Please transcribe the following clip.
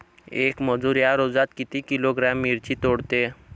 येक मजूर या रोजात किती किलोग्रॅम मिरची तोडते?